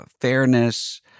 fairness